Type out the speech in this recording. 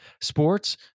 sports